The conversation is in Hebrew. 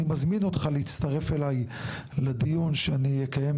אני מזמין אותך להצטרף אליי לדיון שאני אקיים,